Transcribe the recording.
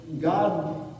God